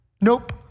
nope